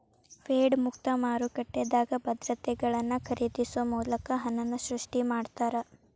Fed ಮುಕ್ತ ಮಾರುಕಟ್ಟೆದಾಗ ಭದ್ರತೆಗಳನ್ನ ಖರೇದಿಸೊ ಮೂಲಕ ಹಣನ ಸೃಷ್ಟಿ ಮಾಡ್ತಾರಾ